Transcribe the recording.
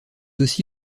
aussi